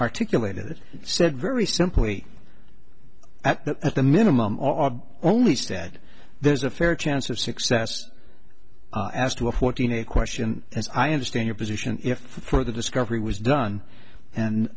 articulated it said very simply at the minimum only said there's a fair chance of success as to a fourteen a question as i understand your position if for the discovery was done and